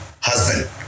husband